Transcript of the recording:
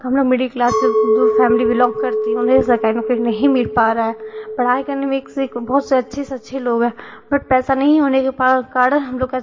तो हम लोग मिडिल क्लास से दो फ़ैमिली बिलॉन्ग करती हूँ मुझे सरकारी नौकरी नहीं मिल पा रहा है पढ़ाई करने में एक से एक बहुत से अच्छे से अच्छे लोग है बट पैसा नही होने के कारण हम लोग का